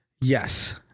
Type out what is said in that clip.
yes